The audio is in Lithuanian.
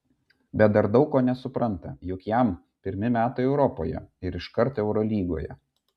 bet dar daug ko nesupranta juk jam pirmi metai europoje ir iškart eurolygoje